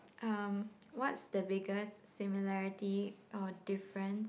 um what's the biggest similarity or difference